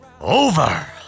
over